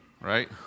Right